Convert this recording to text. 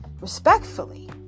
respectfully